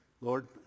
Lord